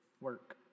work